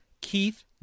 Keith